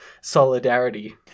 solidarity